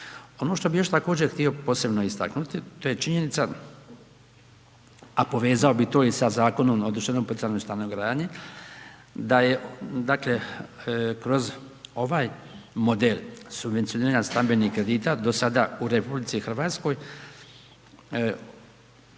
Ono što bih još također htio posebno istaknuti, to je činjenica a povezao bih to i sa zakonom o državno poticajnoj stanogradnji, da je dakle kroz ovaj model subvencioniranja stambenih kredita do sada u RH subvencioniranje